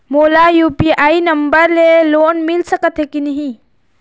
मोला UPI number ले loan मिल सकथे कि नहीं?